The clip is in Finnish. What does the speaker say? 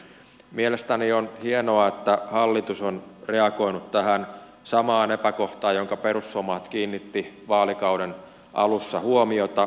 mielestäni on hienoa että hallitus on reagoinut tähän samaan epäkohtaan johonka perussuomalaiset kiinnitti vaalikauden alussa huomiota